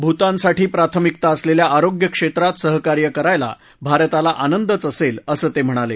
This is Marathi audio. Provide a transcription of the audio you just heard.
भूतानसाठी प्राथमिकता असलेल्या आरोग्य क्षेत्रात सहकार्य करायला भारताला आनंदच असेल असं ते म्हणाले